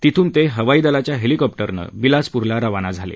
तिथून ते हवाईदलाच्या हलेकॉप्टरनं बिलासपूरला रवाना झाले